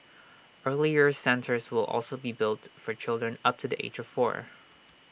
early years centres will also be built for children up to the age of four